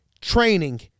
training